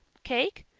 cake?